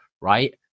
right